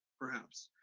perhaps,